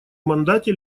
мандате